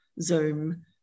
Zoom